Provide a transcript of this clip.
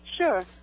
Sure